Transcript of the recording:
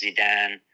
Zidane